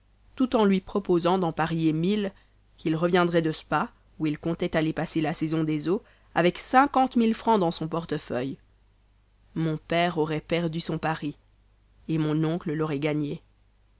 tout en lui proposant d'en parier mille qu'il reviendrait de spa où il comptait aller passer la saison des eaux avec cinquante mille francs dans son portefeuille mon père aurait perdu son pari et mon oncle l'aurait gagné